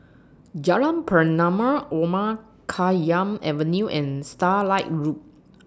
Jalan Pernama Omar Khayyam Avenue and Starlight Road